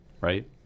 Right